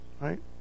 Right